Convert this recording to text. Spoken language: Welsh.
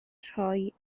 rhoi